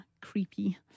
creepy